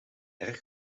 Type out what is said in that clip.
erg